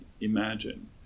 imagine